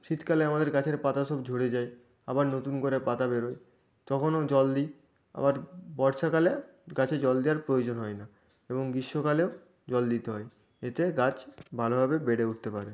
শীতকালে আমাদের গাছের পাতা সব ঝরে যায় আবার নতুন করে পাতা বেরোয় তখনও জল দিই আবার বর্ষাকালে গাছে জল দেয়ার প্রয়োজন হয় না এবং গীষ্মকালেও জল দিতে হয় এতে গাছ ভালোভাবে বেড়ে উঠতে পারে